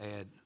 add